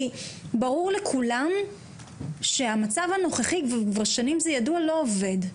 ברור לכולם שהמצב הנוכחי לא עובד,